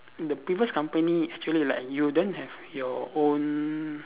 the previous company actually like you don't have your own